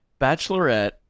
Bachelorette